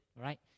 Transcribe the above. right